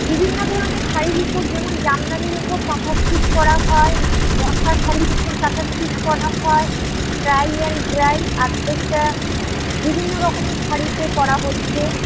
বিভিন্ন ধরনের শাড়ির উপর যেমন জামদানির উপর কাঁথা স্টিচ করা হয় মটকা শাড়ির উপর কাঁথা স্টিচ করা হয় টাই অ্যান্ড ডাই অর্ধেকটা বিভিন্ন রকমের শাড়িতে করা হচ্ছে